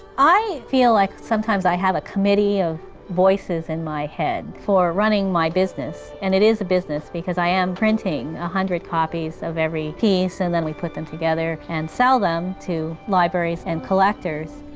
i feel like sometimes i have a committee of voices in my head for running my business. and it is a business, because i am printing a hundred copies of every piece, and then we put them together and sell them to libraries and collectors.